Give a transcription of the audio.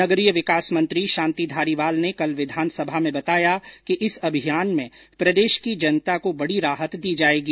नगरीय विकास मंत्री शांति धारीवाल ने कल विधानसभा में बताया कि इस अभियान में प्रदेश की जनता को बड़ी राहत दी जायेगी